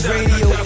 Radio